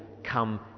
come